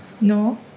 No